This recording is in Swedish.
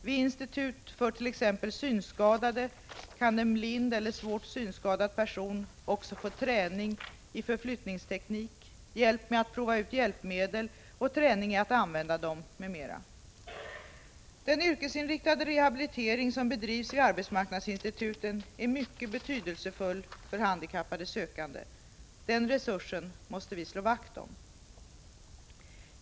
Vid institut för t.ex. synskadade kan en blind eller svårt synskadad person också få träning i förflyttningsteknik, hjälp med att prova ut hjälpmedel och träning i att använda dem m.m. Den yrkesinriktade rehabilitering som bedrivs vid arbetsmarknadsinstituten är mycket betydelsefull för handikappade sökande. Den resursen måste vi slå vakt om.